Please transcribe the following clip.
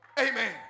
Amen